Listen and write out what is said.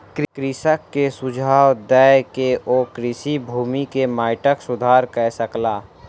कृषक के सुझाव दय के ओ कृषि भूमि के माइटक सुधार कय सकला